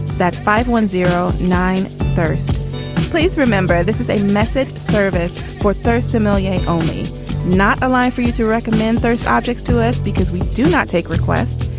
that's five one zero nine. first please remember this is a method service for third somalia. only not allow for you to recommend those objects to us because we do not take requests.